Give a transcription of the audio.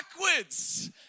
backwards